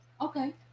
okay